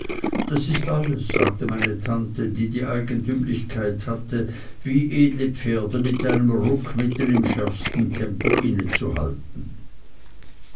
das ist alles sagte meine tante die die eigentümlichkeit hatte wie edle pferde mit einem ruck mitten im schärfsten tempo